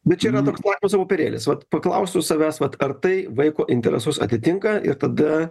bet čia yra toks lakmuso popierėlis vat paklausiau savęs vat ar tai vaiko interesus atitinka ir tada